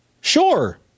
Sure